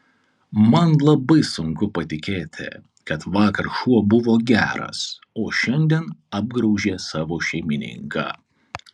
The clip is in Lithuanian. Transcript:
man labai sunku patikėti kad vakar šuo buvo geras o šiandien apgraužė savo šeimininką